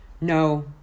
No